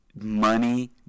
Money